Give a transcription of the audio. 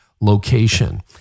location